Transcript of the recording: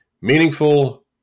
meaningful